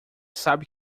sabe